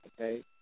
okay